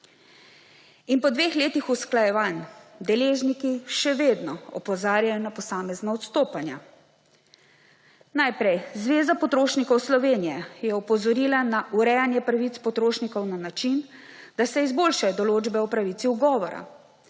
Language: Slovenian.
In po dveh letih usklajevanj deležniki še vedno opozarjajo na posamezna odstopanja. Najprej, Zveza potrošnikov Slovenije je opozorila na urejanje pravic potrošnikov na način, da se izboljšajo določbe o pravici ugovora.